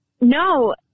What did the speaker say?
No